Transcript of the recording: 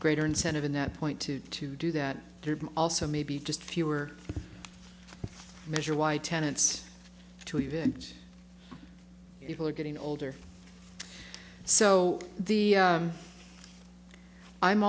greater incentive in that point to to do that also maybe just fewer measure why tenants to you and people are getting older so the